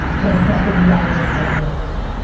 but it's not the reality of how it works.